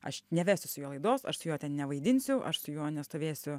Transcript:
aš nevesiu su juo laidos aš su juo ten nevaidinsiu aš su juo nestovėsiu